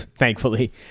Thankfully